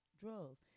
Drugs